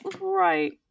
right